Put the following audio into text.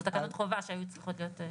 אלו תקנות חובה שהיו צריכות להיות.